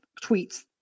tweets